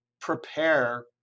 prepare